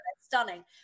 stunning